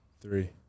Three